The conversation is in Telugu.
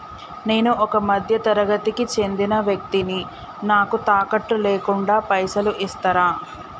నేను ఒక మధ్య తరగతి కి చెందిన వ్యక్తిని నాకు తాకట్టు లేకుండా పైసలు ఇస్తరా?